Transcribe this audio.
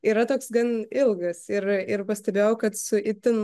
yra toks gan ilgas ir ir pastebėjau kad su itin